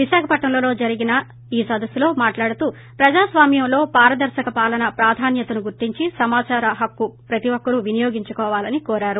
విశాఖపట్నంలో జరిగిన సదస్పులో మాటలాడుతూ ప్రజాస్వామ్యంలో పారదర్రక పాలన ప్రాధాన్యతను గుర్తించి సమాదార హక్కును ప్రతిఒక్కరూ వినియోగించుకోవాలని కోరారు